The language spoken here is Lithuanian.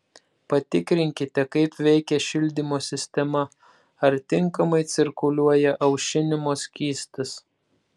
patikrinkite kaip veikia šildymo sistema ar tinkamai cirkuliuoja aušinimo skystis